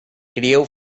crieu